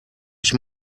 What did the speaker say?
ich